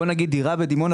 דירה בדימונה,